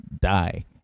die